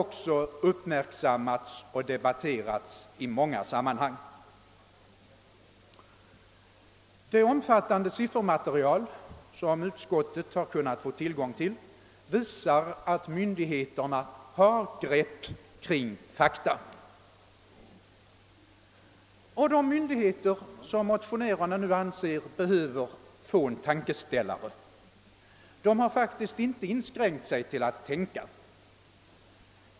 Också den frågan har uppmärksammats och debatterats i många sammanhang. Det omfattande siffermaterial som utskottet har kunnat få tillgång till visar att myndigheterna har grepp kring fakta. Och de myndigheter som motionärerna nu anser behöver få en tankeställare har faktiskt inte inskränkt sig till att tänka.